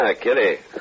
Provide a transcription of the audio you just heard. Kitty